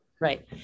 Right